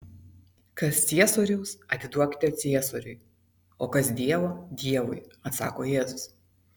kas ciesoriaus atiduokite ciesoriui o kas dievo dievui atsako jėzus